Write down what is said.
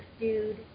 dude